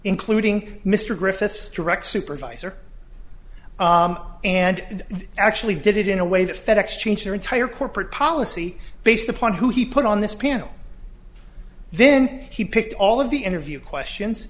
including mr griffiths direct supervisor and actually did it in a way that fed ex change their entire corporate policy based upon who he put on this panel then he picked all of the interview questions